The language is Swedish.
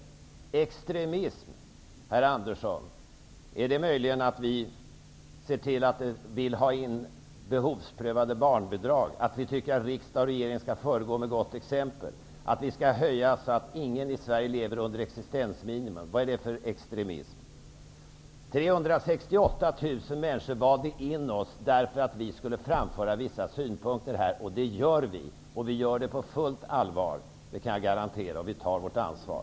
Menar herr Andersson med extremism möjligen att vi vill ha behovsprövade barnbidrag, att vi tycker att riksdag och regering skall föregå med gott exempel och att vi skall tillse att ingen i Sverige lever under existensminimum? Vad är det för extremism? 368 000 människor valde in oss i riksdagen därför att vi skulle framföra vissa synpunkter här. Det gör vi, och jag kan garantera att vi gör det på fullt allvar. Vi tar också vårt ansvar.